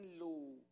low